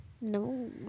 No